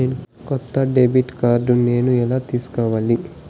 కొత్త debit card నేను ఎలా తీసుకోవాలి?